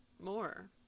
more